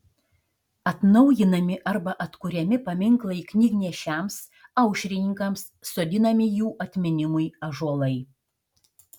atnaujinami arba atkuriami paminklai knygnešiams aušrininkams sodinami jų atminimui ąžuolai